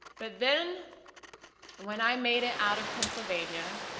but then when i made it out of pennsylvania,